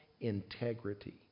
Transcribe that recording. integrity